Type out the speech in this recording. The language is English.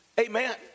Amen